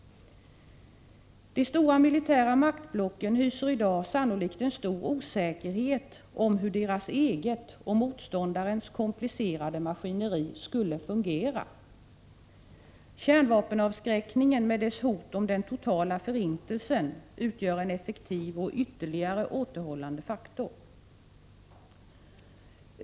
De stora militära maktblocken hyser i dag sannolikt en stor osäkerhet om hur deras eget och motståndarens komplicerade maskineri skulle fungera. Kärnvapenavskräckningen med dess hot om den totala förintelsen utgör en effektiv och ytterligare återhållande faktor.